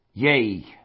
Yea